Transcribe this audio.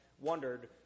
wondered